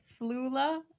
Flula